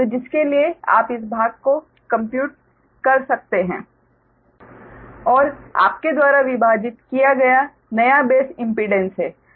तो जिसके लिए आप इस भाग को कम्प्यूट कर सकते हैं और आपके द्वारा विभाजित किया गया नया बेस इम्पीडेंस है